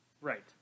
Right